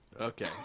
Okay